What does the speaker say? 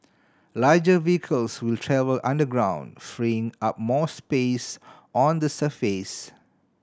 larger vehicles will travel underground freeing up more space on the surface